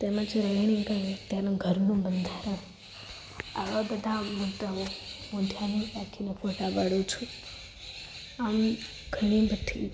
તેમજ બિલ્ડીંગ અને તેનું ઘરનું બંધારણ આવા બધા મુદ્દાઓ હું ધ્યાન રાખીને ફોટા પાડું છું આમ ઘણીબધી